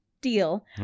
deal